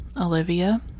Olivia